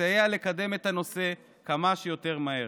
יסייע לקדם את הנושא כמה שיותר מהר.